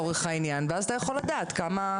ואז אתה יכול לדעת כמה.